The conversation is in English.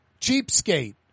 cheapskate